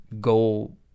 go